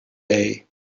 day